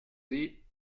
sie